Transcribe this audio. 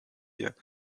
year